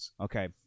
Okay